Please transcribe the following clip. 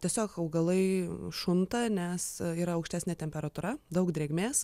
tiesiog augalai šunta nes yra aukštesnė temperatūra daug drėgmės